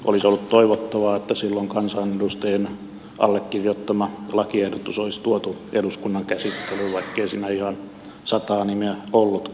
olisi ollut toivottavaa että silloin kansanedustajien allekirjoittama lakiehdotus olisi tuotu eduskunnan käsittelyyn vaikkei siinä ihan sataa nimeä ollutkaan